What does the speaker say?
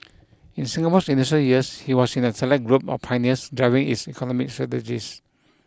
in Singapore's initial years he was in a select group of pioneers driving its economic strategies